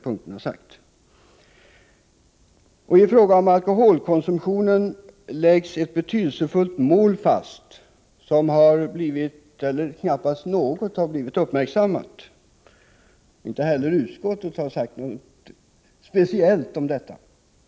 I propositionen läggs i fråga om alkoholkonsumtionen ett betydelsefullt mål fast, av vilket knappast något har blivit uppmärksammat. Inte heller utskottet har sagt något speciellt om detta.